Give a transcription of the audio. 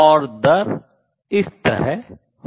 और दर इस तरह होगी